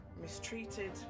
mistreated